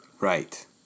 Right